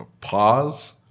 pause